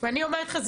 אני אומרת לך,